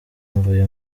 mvuye